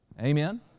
Amen